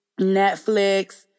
Netflix